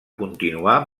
continuar